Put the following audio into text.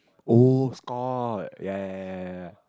oh Scott ya ya ya ya ya